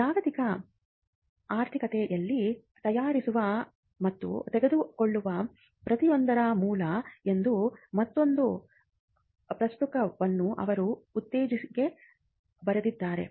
ಜಾಗತಿಕ ಆರ್ಥಿಕತೆಯಲ್ಲಿ ತಯಾರಿಸುವ ಮತ್ತು ತೆಗೆದುಕೊಳ್ಳುವ ಪ್ರತಿಯೊಂದರ ಮೌಲ್ಯ ಎಂಬ ಮತ್ತೊಂದು ಪುಸ್ತಕವನ್ನೂ ಅವರು ಇತ್ತೀಚೆಗೆ ಬರೆದಿದ್ದಾರೆ